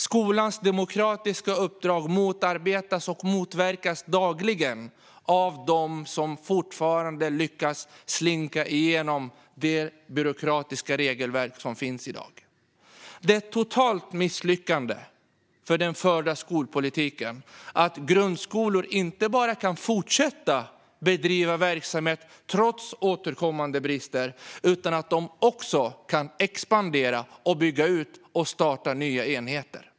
Skolans demokratiska uppdrag motarbetas och motverkas dagligen av dem som fortfarande lyckas slinka igenom det byråkratiska regelverk som finns i dag. Det är ett totalt misslyckande för den förda skolpolitiken att grundskolor inte bara kan fortsätta att bedriva verksamhet trots återkommande brister utan att de också kan expandera, bygga ut och starta nya enheter.